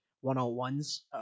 one-on-ones